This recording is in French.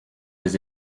les